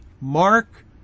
mark